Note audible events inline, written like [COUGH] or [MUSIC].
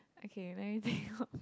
okay let me [LAUGHS] think of